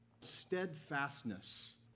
Steadfastness